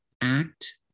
act